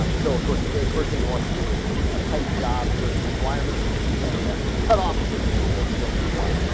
um so of course the person you want to do is a titan job search requirements for people getting benefits cut off assistance for those who don't comply